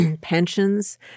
pensions